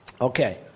Okay